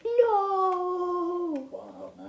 No